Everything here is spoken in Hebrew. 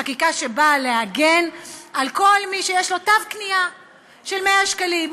חקיקה שבאה להגן על כל מי שיש לו תו קנייה של 100 שקלים,